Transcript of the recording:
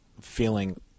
feeling